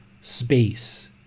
space